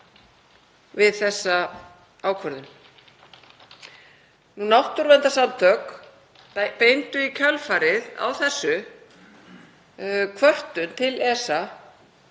við þá ákvörðun. Náttúruverndarsamtök beindu í kjölfarið á þessu kvörtun til ESA